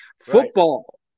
Football